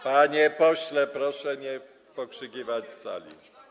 Panie pośle, proszę nie pokrzykiwać z sali.